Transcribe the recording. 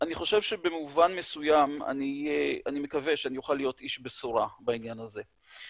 אני חושב שבמובן מסוים אני מקווה שאני אוכל להיות איש בשורה בעניין הזה.